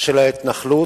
של ההתנחלות,